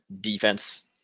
defense